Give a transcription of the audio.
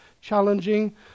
challenging